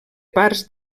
parts